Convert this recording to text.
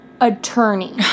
attorney